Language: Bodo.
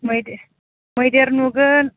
मै मैदेर नुगोन